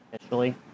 initially